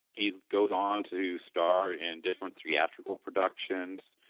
he goes on to star in different theatrical productions,